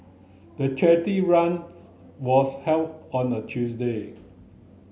the charity run was held on a Tuesday